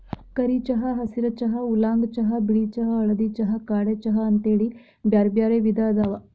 ಕರಿ ಚಹಾ, ಹಸಿರ ಚಹಾ, ಊಲಾಂಗ್ ಚಹಾ, ಬಿಳಿ ಚಹಾ, ಹಳದಿ ಚಹಾ, ಕಾಡೆ ಚಹಾ ಅಂತೇಳಿ ಬ್ಯಾರ್ಬ್ಯಾರೇ ವಿಧ ಅದಾವ